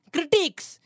Critics